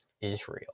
Israel